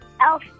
Elf